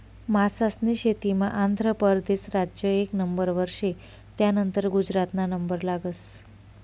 मासास्नी शेतीमा आंध्र परदेस राज्य एक नंबरवर शे, त्यानंतर गुजरातना नंबर लागस